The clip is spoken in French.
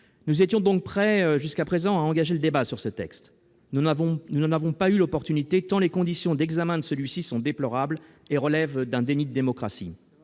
nous étions prêts à engager le débat sur ce texte. Nous n'en avons pourtant pas eu l'opportunité, tant les conditions d'examen de celui-ci sont déplorables et relèvent d'un déni de démocratie.